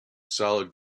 solid